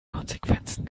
konsequenzen